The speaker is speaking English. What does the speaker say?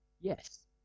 Yes